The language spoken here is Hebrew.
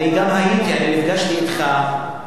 אני גם הייתי, אני נפגשתי אתך,